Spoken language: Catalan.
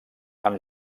amb